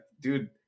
dude